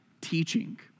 teaching